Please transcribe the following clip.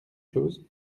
chose